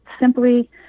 simply